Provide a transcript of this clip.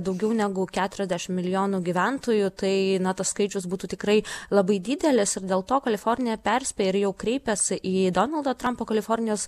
daugiau negu keturiasdešimt milijonų gyventojų tai na tas skaičius būtų tikrai labai didelis ir dėl to kalifornija perspėja ir jau kreipėsi į donaldą trampą kalifornijos